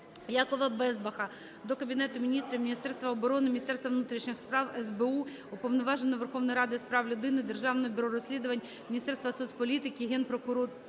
Якова Безбаха до Кабінету Міністрів, Міністерства оборони, Міністерства внутрішніх справ, СБУ, Уповноваженого Верховної Ради України з прав людини, Державного бюро розслідувань, Міністерства соціальної політики, Генпрокуратури,